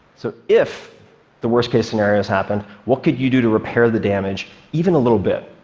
so if the worst-case scenarios happen, what could you do to repair the damage even a little bit,